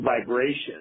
vibration